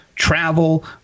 travel